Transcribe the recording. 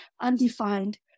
undefined